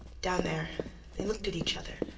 down there they looked at each other,